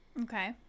Okay